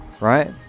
Right